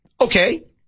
Okay